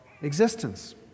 existence